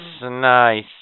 Nice